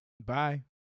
Bye